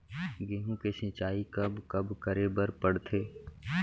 गेहूँ के सिंचाई कब कब करे बर पड़थे?